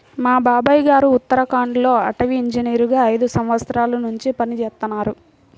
మా బాబాయ్ గారు ఉత్తరాఖండ్ లో అటవీ ఇంజనీరుగా ఐదు సంవత్సరాల్నుంచి పనిజేత్తన్నారు